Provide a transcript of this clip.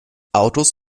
autos